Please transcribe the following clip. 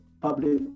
public